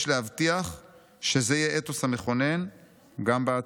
יש להבטיח שזה יהיה האתוס המכונן גם בעתיד.